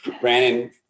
Brandon